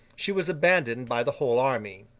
she was abandoned by the whole army.